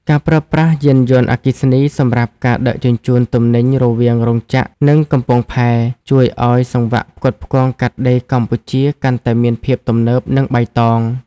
ការប្រើប្រាស់យានយន្តអគ្គិសនីសម្រាប់ការដឹកជញ្ជូនទំនិញរវាងរោងចក្រ និងកំពង់ផែ ជួយឱ្យសង្វាក់ផ្គត់ផ្គង់កាត់ដេរកម្ពុជាកាន់តែមានភាពទំនើប និងបៃតង។